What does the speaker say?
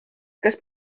kas